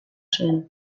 zen